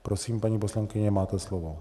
Prosím, paní poslankyně, máte slovo.